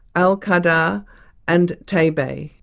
al-khadar and taybeh.